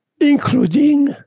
including